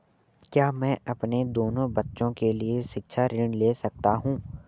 क्या मैं अपने दोनों बच्चों के लिए शिक्षा ऋण ले सकता हूँ?